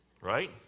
Right